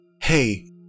Hey